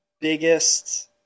biggest